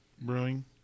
brewing